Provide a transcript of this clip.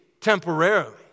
temporarily